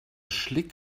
schlick